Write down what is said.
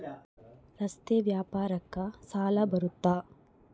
ರಸ್ತೆ ವ್ಯಾಪಾರಕ್ಕ ಸಾಲ ಬರುತ್ತಾ?